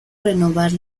renovar